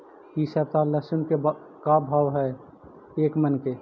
इ सप्ताह लहसुन के का भाव है एक मन के?